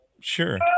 Sure